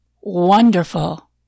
Wonderful